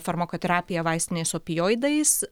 farmakoterapija vaistiniais opioidais